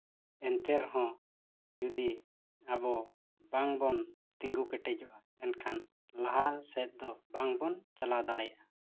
ᱮᱱᱛᱮ ᱨᱮᱦᱚᱸ ᱡᱩᱫᱤ ᱟᱵᱚ ᱵᱟᱝ ᱵᱚᱱ ᱛᱤᱸᱜᱩ ᱠᱮᱴᱮᱡᱚᱜᱼᱟ ᱮᱱᱠᱷᱟᱱ ᱞᱟᱦᱟ ᱥᱮᱫ ᱫᱚ ᱵᱟᱝ ᱵᱚᱱ ᱪᱟᱞᱟᱣ ᱫᱟᱲᱮᱭᱟᱜᱼᱟ